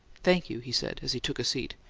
thank you, he said, as he took a seat.